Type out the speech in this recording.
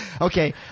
Okay